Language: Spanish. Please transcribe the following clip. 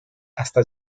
hasta